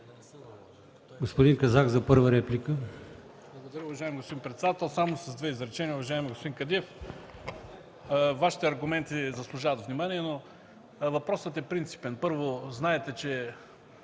Господин Казак – за първа реплика.